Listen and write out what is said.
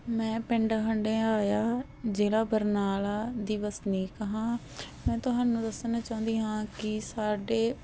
ਮੈਂ ਪਿੰਡ ਹੰਡਿਆਇਆ ਜ਼ਿਲ੍ਹਾ ਬਰਨਾਲਾ ਦੀ ਵਸਨੀਕ ਹਾਂ ਮੈਂ ਤੁਹਾਨੂੰ ਦੱਸਣਾ ਚਾਹੁੰਦੀ ਹਾਂ ਕਿ ਸਾਡੇ